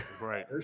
Right